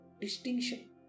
distinction